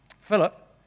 Philip